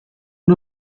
una